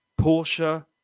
Porsche